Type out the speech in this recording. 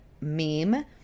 meme